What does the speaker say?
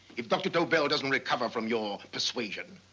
if dr. tobel doesn't recover from your persuasion,